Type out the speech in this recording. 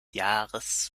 jahres